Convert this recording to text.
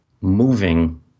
moving